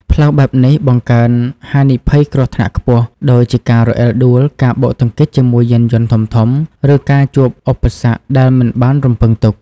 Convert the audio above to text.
ផ្លូវបែបនេះបង្កើន ហានិភ័យគ្រោះថ្នាក់ខ្ពស់ ដូចជាការរអិលដួល ការបុកទង្គិចជាមួយយានយន្តធំៗ ឬការជួបឧបសគ្គដែលមិនបានរំពឹងទុក។